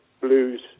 Blues